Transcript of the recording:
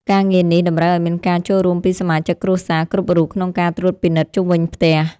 ការងារនេះតម្រូវឱ្យមានការចូលរួមពីសមាជិកគ្រួសារគ្រប់រូបក្នុងការត្រួតពិនិត្យជុំវិញផ្ទះ។